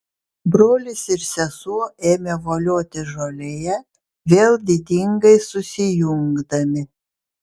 brolis ir sesuo ėmė voliotis žolėje vėl didingai susijungdami